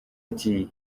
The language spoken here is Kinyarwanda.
ati